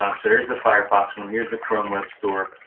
um so here's the firefox one, here's the chrome web store.